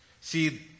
see